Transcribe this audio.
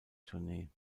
tournee